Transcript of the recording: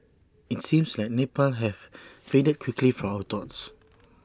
IT seems like Nepal has faded quickly from our thoughts